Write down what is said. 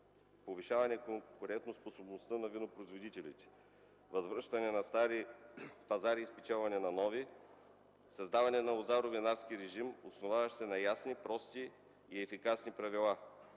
повишаване конкурентоспособността на винопроизводителите; - възвръщане на стари пазари и спечелване на нови; - създаване на лозаро-винарски режим, основаващ се на ясни, прости и ефикасни правила;